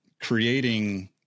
creating